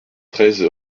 treize